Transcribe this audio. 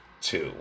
two